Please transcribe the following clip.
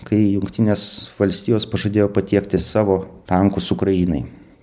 kai jungtinės valstijos pažadėjo patiekti savo tankus ukrainai